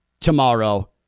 tomorrow